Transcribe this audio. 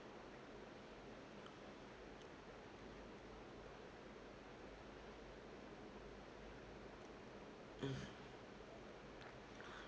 mm